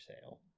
sale